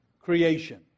creation